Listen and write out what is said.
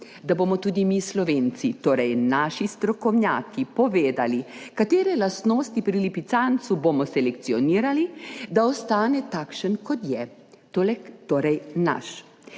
da bomo tudi mi Slovenci, torej naši strokovnjaki, povedali, katere lastnosti pri lipicancu bomo selekcionirali, da ostane takšen, kot je, torej naš.